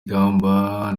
ikamba